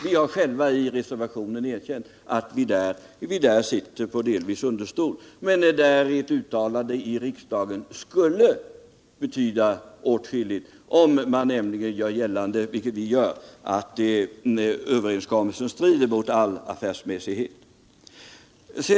Vi har själva i reservationen erkänt att vi där delvis sitter på understol men att ett uttalande av riksdagen skulle betyda åtskilligt — om man nämligen gör gällande, vilket vi gör, att överenskommelsen strider mot all affärsmässighet.